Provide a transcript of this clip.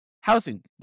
housing